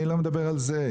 אני לא מדבר על זה.